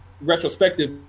Retrospective